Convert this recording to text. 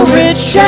rich